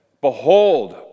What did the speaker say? Behold